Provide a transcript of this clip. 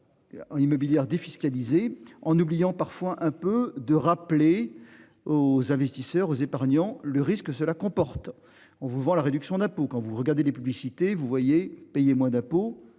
Immobilière défiscalisé en oubliant parfois un peu de rappeler aux investisseurs, aux épargnants, le risque que cela comporte. On vous vend la réduction d'impôt, quand vous regardez les publicités vous voyez payer moins d'impôts.